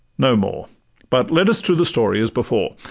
no more but let us to the story as before.